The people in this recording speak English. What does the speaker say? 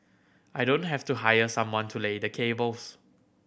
I don't have to hire someone to lay the cables